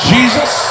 Jesus